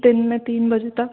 दिन में तीन बजे तक